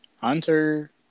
Hunter